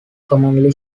commonly